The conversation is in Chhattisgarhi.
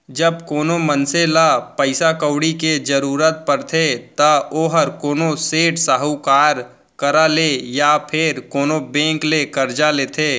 जब कोनो मनसे ल पइसा कउड़ी के जरूरत परथे त ओहर कोनो सेठ, साहूकार करा ले या फेर कोनो बेंक ले करजा लेथे